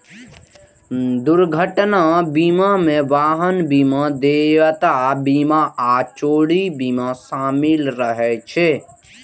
दुर्घटना बीमा मे वाहन बीमा, देयता बीमा आ चोरी बीमा शामिल रहै छै